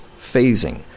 Phasing